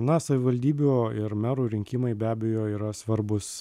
na savivaldybių ir merų rinkimai be abejo yra svarbūs